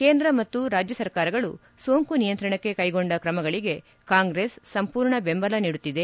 ಕೇಂದ್ರ ಮತ್ತು ರಾಜ್ಯ ಸರ್ಕಾರಗಳು ಸೋಂಕು ನಿಯಂತ್ರಣಕ್ಕೆ ಕೈಗೊಂಡ ಕ್ರಮಗಳಿಗೆ ಕಾಂಗ್ರೆಸ್ ಸಂಪೂರ್ಣ ಬೆಂಬಲ ನೀಡುತ್ತಿದೆ